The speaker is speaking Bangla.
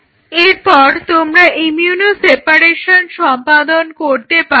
এরপর তোমরা ইমিউনো সেপারেশন সম্পাদন করতে পারো